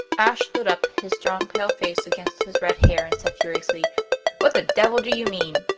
ashe stood up, his strong pale face against his red hair, and said furiously what the devil do you mean?